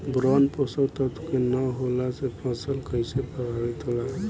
Boron पोषक तत्व के न होला से फसल कइसे प्रभावित होला?